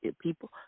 people